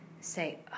say